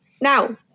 Now